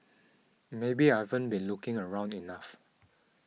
maybe I been looking around enough